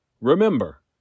Remember